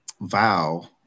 vow